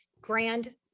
grand